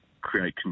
create